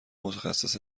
متخصص